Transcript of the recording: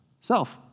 Self